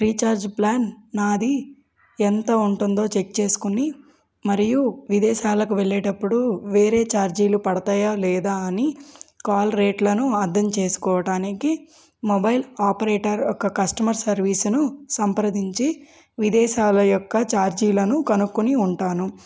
recharge plan నాది ఎంత ఉంటుందో చెక్ చేసుకుని మరియు విదేశాలకు వెళ్ళేటప్పుడు వేరే ఛార్జీలు పడతాయా లేదా అని కాల్ రేట్లను అర్థం చేసుకోవటానికి మొబైల్ ఆపరేటర్ యొక్క కస్టమర్ సర్వీసును సంప్రదించి విదేశాల యొక్క ఛార్జీలను కనుక్కొని ఉంటాను